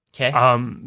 Okay